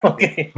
Okay